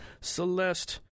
Celeste